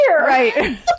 Right